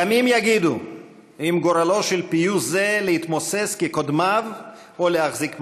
ימים יגידו אם גורלו של פיוס זה להתמוסס כקודמיו או להחזיק מעמד,